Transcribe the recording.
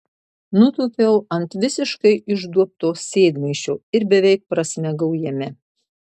nutūpiau ant visiškai išduobto sėdmaišio ir beveik prasmegau jame